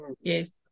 Yes